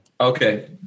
Okay